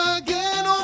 again